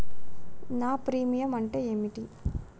నా ప్రీమియం అంటే ఏమిటి?